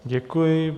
Děkuji.